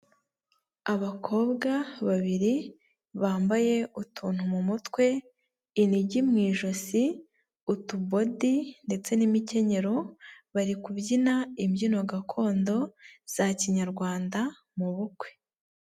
Abakobwa babiri bambaye utuntu mu mutwe, inigi mu ijosi, utubodi ndetse n'imikenyero bari kubyina imbyino gakondo za kinyarwanda mu bukwe.